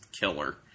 killer